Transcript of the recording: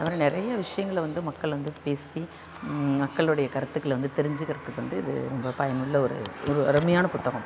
அதுமாதிரி நிறையா விஷயங்கள வந்து மக்கள் வந்து பேசி மக்களுடைய கருத்துக்களை வந்து தெரிஞ்சுக்கிறதுக்கு வந்து இது ரொம்ப பயனுள்ள ஒரு ஒரு அருமையான புத்தகம்